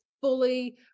fully